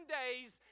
days